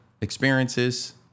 experiences